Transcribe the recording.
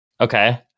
Okay